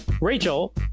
Rachel